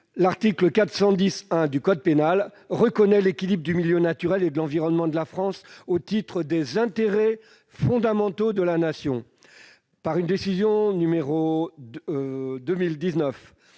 L'article 410-1 du code pénal reconnaît l'équilibre du milieu naturel et de l'environnement de la France au titre des intérêts fondamentaux de la Nation. Par une décision n° 2019-823